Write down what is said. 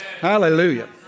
Hallelujah